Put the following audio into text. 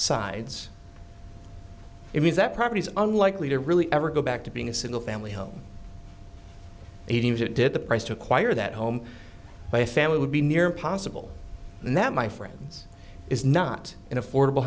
sides it means that properties unlikely to really ever go back to being a single family home heating as it did the price to acquire that home by a family would be near impossible and that my friends is not an affordable